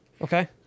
Okay